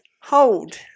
Hold